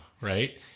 right